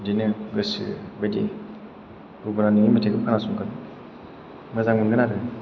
बिदिनो गोसो बादि अब्ला नोंनि मेथाइखौ खोनांसंगोन मोजां मोनगोन आरो